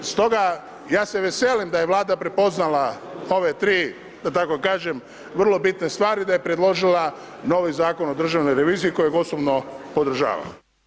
Stoga, ja se veselim da je Vlada prepoznala ove 3 da tako kažem, vrlo bitne stvari, da je predložila novi Zakon o državnoj reviziji kojeg osobno podržavam.